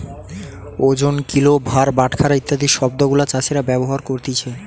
ওজন, কিলো, ভার, বাটখারা ইত্যাদি শব্দ গুলা চাষীরা ব্যবহার করতিছে